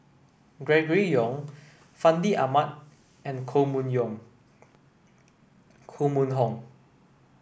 Gregory Yong Fandi Ahmad and Koh Mun Hong